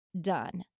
done